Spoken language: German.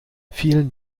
vielen